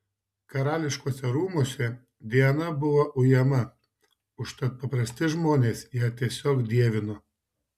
karališkuosiuose rūmuose diana buvo ujama užtat paprasti žmonės ją tiesiog dievino